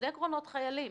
שני קרונות חיילים.